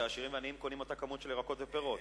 שהעשירים והעניים בה קונים אותה כמות של ירקות ופירות.